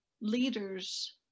leaders